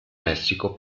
messico